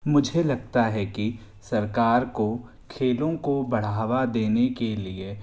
मुझे लगता है कि सरकार को खेलों को बढ़ावा देने के लिए